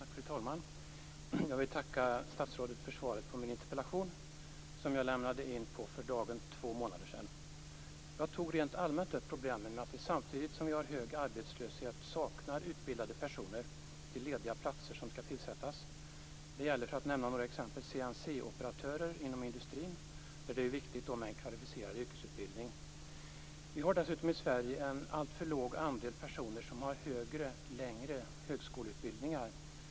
Fru talman! Jag vill tacka statsrådet för svaret på min interpellation, som jag lämnade in för på dagen två månader sedan. Jag tar rent allmänt upp problemen med att vi samtidigt som det är hög arbetslöshet saknar utbildade personer till lediga platser som skall tillsättas. Det gäller t.ex. CNC-operatörer inom industrin. Där är det viktigt med en kvalificerad yrkesutbildning. I Sverige har vi dessutom en alltför liten andel personer som har högre längre högskoleutbildningar.